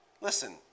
Listen